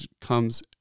comes